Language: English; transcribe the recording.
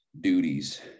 duties